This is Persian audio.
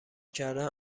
کردن